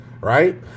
right